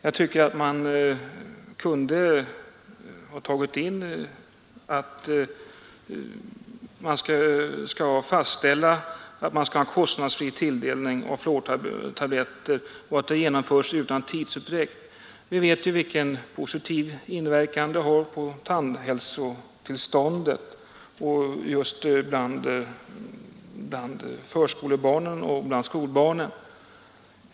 Jag tycker att utskottsmajoriteten kunde ha tagit in i sin skrivning att en kostnadsfri tilldelning av fluortabletter skulle genomföras utan tidsutdräkt. Vi vet vilken positiv inverkan fluortabletterna har på tandhälsotillståndet just bland förskolebarnen och skolbarnen.